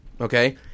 okay